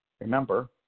Remember